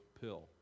pill